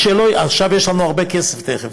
עכשיו יש לנו הרבה כסף, תכף.